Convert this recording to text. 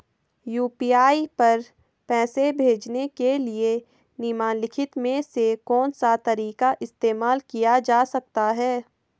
UPI पर पैसे भेजने के लिए निम्नलिखित में से कौन सा तरीका इस्तेमाल किया जा सकता है?